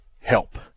help